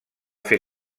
fer